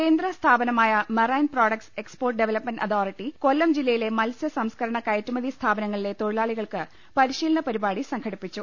കേന്ദ്ര സ്ഥാപനമായ marine products export development authority Kollam ജില്ലയിലെ മത്സ്യ സംസ്കരണ കയറ്റുമതി സ്ഥാപനങ്ങളിലെ തൊഴിലാളി കൾക്ക് പരിശീലനപരിപാടി സംഘടിപ്പിച്ചു